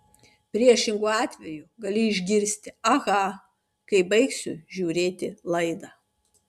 priešingu atveju gali išgirsti aha kai baigsiu žiūrėti laidą